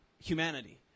humanity